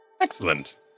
Excellent